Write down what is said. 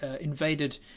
invaded